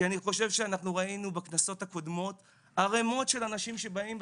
כי אני חושב שאנחנו ראינו בכנסות הקודמות ערמות של אנשים שבאים,